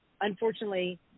unfortunately